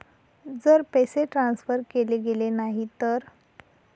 जर पैसे ट्रान्सफर केले गेले नाही तर?